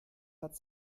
hat